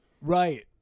Right